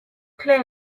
clear